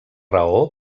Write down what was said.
raó